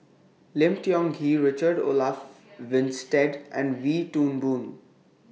Lim Tiong Ghee Richard Olaf Winstedt and Wee Toon Boon